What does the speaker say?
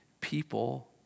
people